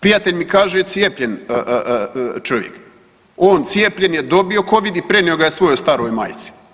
Prijatelj mi kaže cijepljen čovjek, on cijepljen je dobio covid i prenio ga je svojoj staroj majci.